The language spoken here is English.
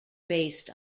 based